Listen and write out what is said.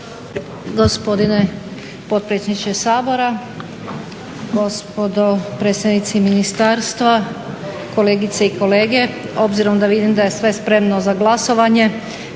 Gospodine potpredsjedniče Sabora, gospodo predstavnici ministarstva, kolegice i kolege. Obzirom da vidim da je sve spremno za glasovanje